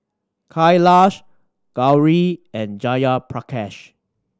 Kailash Gauri and Jayaprakash